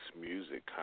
music